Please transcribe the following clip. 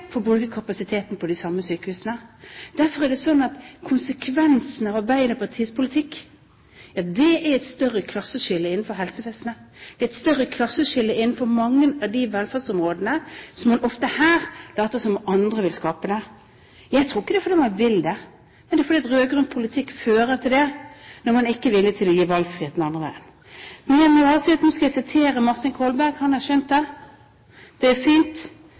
får bruke kapasiteten på de samme sykehusene. Derfor er det slik at konsekvensen av Arbeiderpartiets politikk er et større klasseskille innenfor helsevesenet. Det er et større klasseskille innenfor mange av de velferdsområdene som man ofte her later som andre vil skape. Jeg tror ikke det er fordi man vil det, men det er fordi rød-grønn politikk fører til det når man ikke er villig til å gi valgfrihet den andre veien. Men jeg må bare si at nå skal jeg referere til Martin Kolberg. Han har skjønt det. Det er fint.